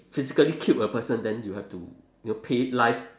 physically killed a person then you have to you know pay life